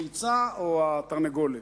הביצה או התרנגולת.